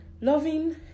loving